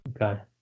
Okay